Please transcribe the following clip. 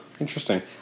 interesting